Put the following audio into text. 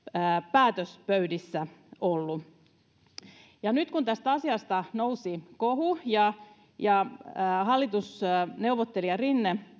päätöspöydissä ollut nyt kun tästä asiasta nousi kohu ja ja hallitusneuvottelija rinne